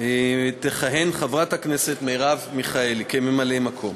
תכהן חברת הכנסת מרב מיכאלי כממלאת-מקום.